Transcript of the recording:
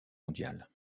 mondiale